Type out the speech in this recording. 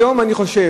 היום אני חושב,